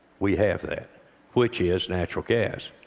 we have that which is natural gas.